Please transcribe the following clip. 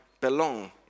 belong